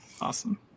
awesome